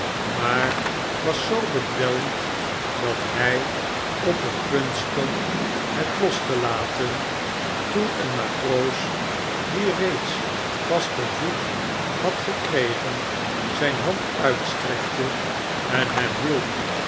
maar was zoo bedwelmd dat hy op het punt stond het los te laten toen een matroos die reeds vasten voet had gekregen zyn hand uitstrekte en hem hielp